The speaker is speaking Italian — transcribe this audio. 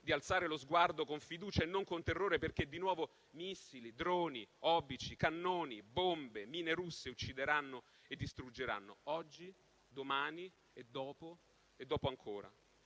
di alzare lo sguardo con fiducia e non con terrore perché, di nuovo, missili, droni, obici, cannoni, bombe, mine russe uccideranno e distruggeranno. Oggi, domani, dopo, e dopo ancora.